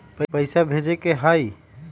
पैसा भेजे के हाइ?